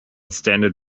standard